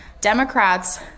Democrats